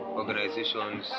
organizations